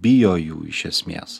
bijo jų iš esmės